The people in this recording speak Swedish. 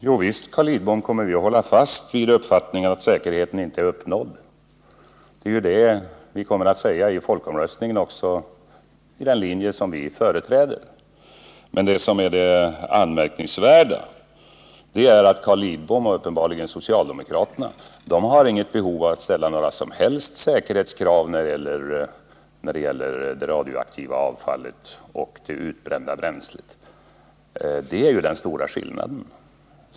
Herr talman! Jo, Carl Lidbom, visst kommer vi att hålla fast vid uppfattningen att säkerheten inte är uppnådd. Det är ju detta vi kommer säga enligt den linje som vi ger vårt stöd vid folkomröstningen. Men det som är det anmärkningsvärda är att Carl Lidbom, och uppenbarligen socialdemokraterna, inte har något behov av att ställa några som helst säkerhetskrav när det gäller det radioaktiva avfallet och det utbrända bränslet. Det är den stora skillnaden.